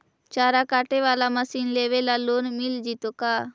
चारा काटे बाला मशीन लेबे ल लोन मिल जितै का?